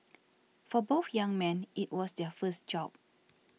for both young men it was their first job